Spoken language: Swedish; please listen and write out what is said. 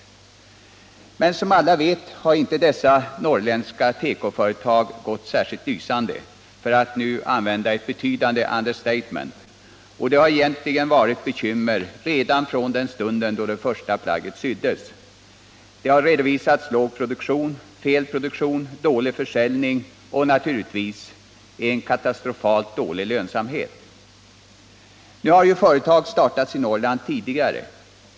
Men som alla vet har inte dessa norrländska tekoföretag gått särdeles lysande, för att nu använda ett starkt understatement. Det har egentligen varit bekymmer redan från den stund då det första plagget syddes. Det har redovisats låg produktion, fel produktion, dålig försäljning och, naturligtvis, en katastrofalt dålig lönsamhet. Nu har ju företag startats i Norrland tidigare.